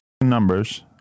numbers